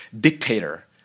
dictator